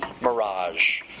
mirage